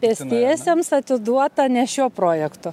pėstiesiems atiduota ne šio projekto